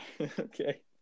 Okay